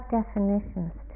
definitions